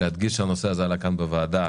להדגיש שהנושא הזה עלה כאן בוועדה